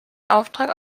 auftrag